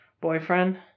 boyfriend